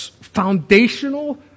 foundational